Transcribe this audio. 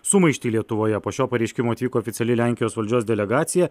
sumaištį lietuvoje po šio pareiškimo atvyko oficiali lenkijos valdžios delegacija